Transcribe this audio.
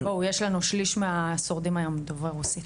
כשליש מהשורדים היום הם דוברי רוסית.